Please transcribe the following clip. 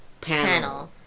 panel